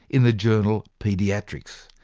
in the journal paediatrics.